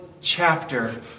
chapter